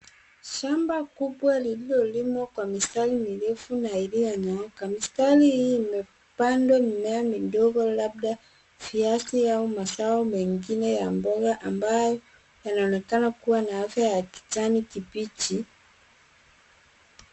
Shamba kubwa lililolimwa kwa mistari mirefu na iliyonyooka. Mistari hii imepandwa mimea midogo labda viazi au mazao mengine ya mboga ambayo yanaonekana kuwa na afya ya kijani kibichi.